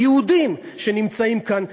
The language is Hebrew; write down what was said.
כיהודים שנמצאים כאן,